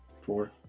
Four